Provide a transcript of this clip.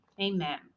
Amen